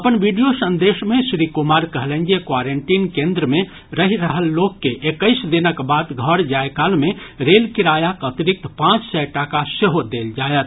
अपन वीडियो संदेश मे श्री कुमार कहलनि जे क्वारेंटीन केन्द्र मे रहि रहल लोक के एक्कैस दिनक बाद घर जाय काल मे रेल किरायाक अतिरिक्त पांच सय टाका सेहो देल जायत